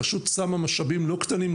הרשות שמה משאבים לא קטנים,